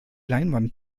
leinwand